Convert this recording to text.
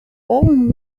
own